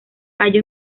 año